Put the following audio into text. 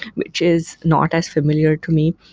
which is not as familiar to me.